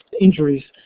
injuries.